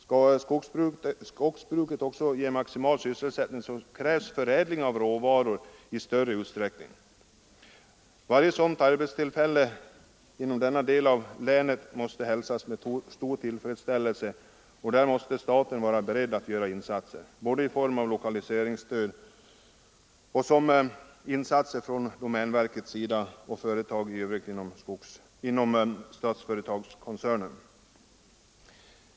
Skall skogsbruket också ge maximal sysselsättning så krävs förädling av råvaror i större utsträckning. Varje sådant nytt arbetstillfälle i denna del av länet måste hälsas med stor tillfredsställelse, och där måste staten vara beredd på att göra insatser i form av lokaliseringsstöd och insatser från domänverket och företag i Övrigt inom statsföretagskoncernen.